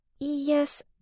Yes